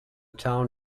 town